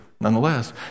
nonetheless